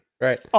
Right